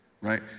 right